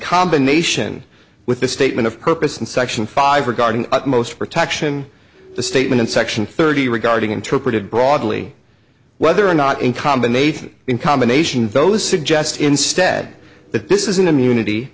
combination with the statement of purpose in section five regarding most protection the statement in section thirty regarding interpreted broadly whether or not in combination in combination those suggest instead that this is an immunity